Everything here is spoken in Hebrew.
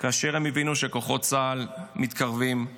כאשר הם הבינו שכוחות צה"ל מתקרבים אליהם.